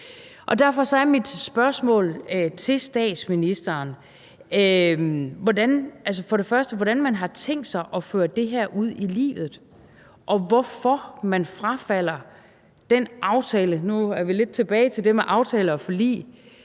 Derfor er mit spørgsmål til statsministeren for det første, hvordan man har tænkt sig at føre det her ud i livet, og for det andet, hvorfor man frafalder den aftale – nu er vi lidt tilbage til det med aftaler og forlig